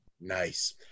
Nice